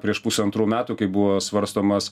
prieš pusantrų metų kai buvo svarstomas